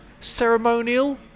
ceremonial